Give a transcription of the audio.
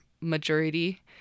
majority